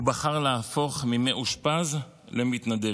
הוא בחר להפוך ממאושפז למתנדב.